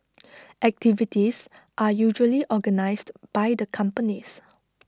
activities are usually organised by the companies